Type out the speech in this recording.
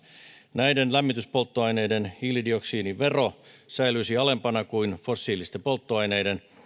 näiden lämmityspolttoaineiden hiilidioksidivero säilyisi alempana kuin fossiilisten polttoaineiden